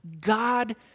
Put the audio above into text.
God